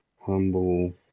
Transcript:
Humble